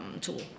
tool